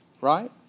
Right